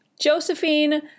Josephine